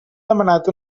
demanat